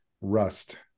rust